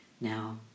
now